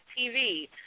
TV